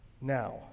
now